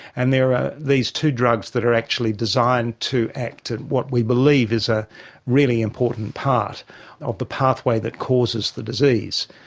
and there are these two drugs that are actually designed to act at what we believe is a really important part of the pathway that causes the disease.